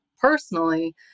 personally